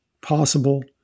possible